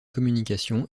communication